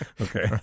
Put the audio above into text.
Okay